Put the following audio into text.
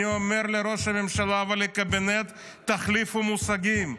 אני אומר לראש הממשלה ולקבינט: תחליפו מושגים.